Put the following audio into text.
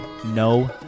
No